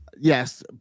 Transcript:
Yes